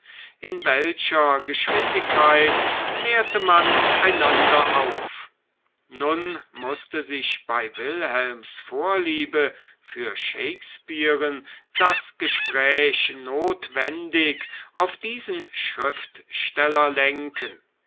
in welcher geschwindigkeit klärte man einander auf nun mußte sich bei wilhelms vorliebe für shakespearen das gespräch notwendig auf diesen schriftsteller lenken